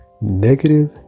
negative